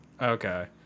Okay